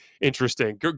interesting